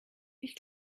ich